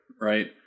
right